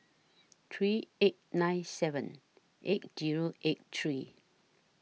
three eight nine seven eight Zero eight three